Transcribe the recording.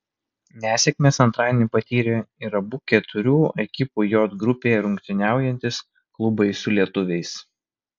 nesėkmes antradienį patyrė ir abu keturių ekipų j grupėje rungtyniaujantys klubai su lietuviais